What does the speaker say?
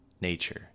nature